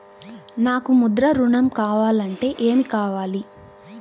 నాకు ముద్ర ఋణం కావాలంటే ఏమి కావాలి?